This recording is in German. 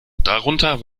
darunter